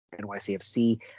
NYCFC